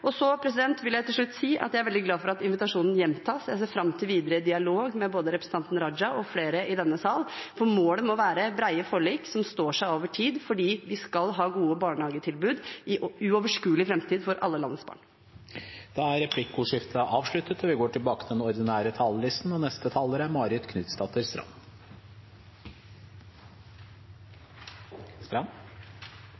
vil jeg si at jeg er veldig glad for at invitasjonen gjentas. Jeg ser fram til videre dialog med både representanten Raja og flere i denne sal, for målet må være brede forlik som står seg over tid. Vi skal ha gode barnehagetilbud i uoverskuelig framtid for alle landets barn. Replikkordskiftet er avsluttet. Brede forlik er en styrke ved norsk politikk, og flere historiske hendelser kan vi takke brede forlik for. Barnehage er